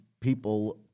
people